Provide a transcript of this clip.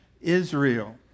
Israel